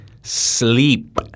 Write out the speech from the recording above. sleep